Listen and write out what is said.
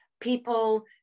people